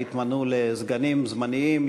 הם יתמנו לסגנים זמניים,